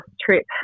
trip